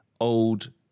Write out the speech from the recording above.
old